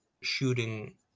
shooting